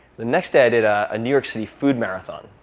the next day, i did a new york city food marathon.